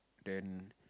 then